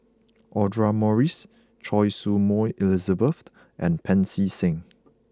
Audra Morrice Choy Su Moi Elizabeth and Pancy Seng